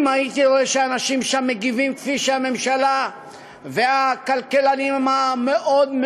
אם הייתי רואה שהאנשים שם מגיבים כפי שהממשלה והכלכלנים המאוד-מאוד,